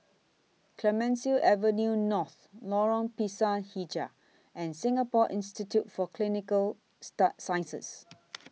Clemenceau Avenue North Lorong Pisang Hijau and Singapore Institute For Clinical Sciences